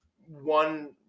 one